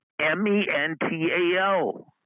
M-E-N-T-A-L